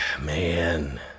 man